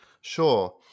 Sure